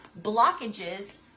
blockages